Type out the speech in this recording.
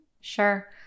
Sure